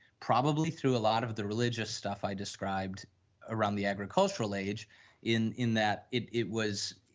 probably through a lot of the religious staff i described around the agricultural age in in that, it it was